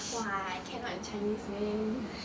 !wah! I cannot with chinese man